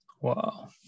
Wow